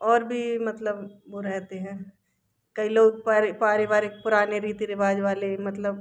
और भी मतलब वह रहते हैं कई लोग पारिवारिक पुराने रीति रिवाज वाले मतलब